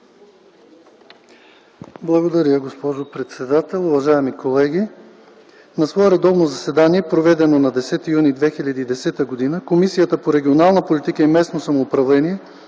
Благодаря, госпожо председател. Уважаеми колеги! „На свое редовно заседание, проведено на 10 юни 2010 г., Комисията по регионална политика и местно самоуправление